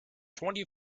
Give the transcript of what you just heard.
twenty